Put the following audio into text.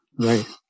Right